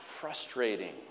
frustrating